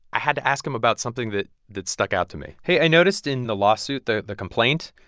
i had to ask him about something that that stuck out to me hey, i noticed in the lawsuit the the complaint.